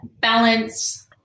balance